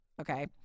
Okay